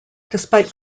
despite